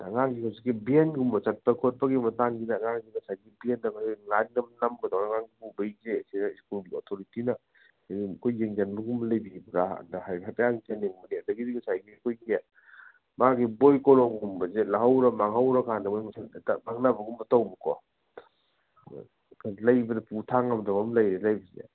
ꯑꯉꯥꯡꯒꯤ ꯍꯧꯖꯤꯛꯀꯤ ꯚꯦꯟꯒꯨꯝꯕ ꯆꯠꯄ ꯈꯣꯠꯄꯒꯤ ꯃꯇꯥꯥꯡꯁꯤꯗ ꯑꯉꯥꯡꯁꯦ ꯉꯁꯥꯏꯒꯤ ꯚꯦꯟꯗ ꯅꯝꯕꯗꯧꯅ ꯑꯉꯥꯡ ꯄꯨꯕꯒꯤꯁꯤꯗ ꯁ꯭ꯀꯨꯜꯒꯤ ꯑꯣꯊꯣꯔꯤꯇꯤꯅ ꯑꯩꯈꯣꯏ ꯌꯦꯡꯁꯤꯟꯕꯒꯨꯝꯕ ꯂꯩꯕꯤꯕ꯭ꯔꯥ ꯍꯥꯏꯐꯦꯠ ꯍꯪꯖꯅꯤꯡꯕꯅꯤ ꯑꯗꯒꯤꯗꯤ ꯉꯁꯥꯏꯒꯤ ꯑꯩꯈꯣꯏꯒꯤ ꯃꯥꯒꯤ ꯕꯣꯏ ꯀꯣꯂꯣꯝꯒꯨꯝꯕꯁꯦ ꯂꯧꯍꯧꯔꯥ ꯃꯥꯡꯍꯧꯔ ꯀꯥꯟꯗ ꯃꯣꯏ ꯃꯁꯦꯟ ꯍꯦꯛꯇ ꯃꯥꯡꯅꯕꯒꯨꯝꯕ ꯇꯧꯕꯀꯣ ꯈꯪꯗꯦ ꯂꯩꯕꯗ ꯄꯨ ꯊꯥꯡ ꯉꯝꯗꯕ ꯑꯃ ꯂꯩꯔꯦ ꯂꯩꯕꯁꯤꯗ